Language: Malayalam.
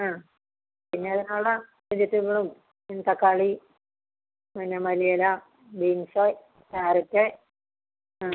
ആ പിന്നെ ഏതെല്ലാം ഉള്ള വെജിറ്റബിളും പിന്നെ തക്കാളി പിന്നെ മല്ലിയില ബീൻസ് ക്യാരറ്റ് ആ